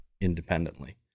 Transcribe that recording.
independently